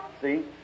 See